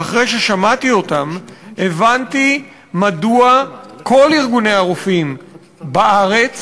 ואחרי ששמעתי אותם הבנתי מדוע כל ארגוני הרופאים בארץ